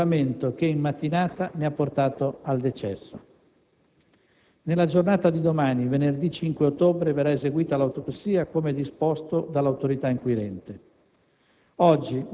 deterioramento in mattinata ne ha portato al decesso. Nella giornata di domani, venerdì 5 ottobre, verrà eseguita l'autopsia, come disposto dall'autorità inquirente.